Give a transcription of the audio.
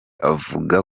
avuga